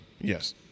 Yes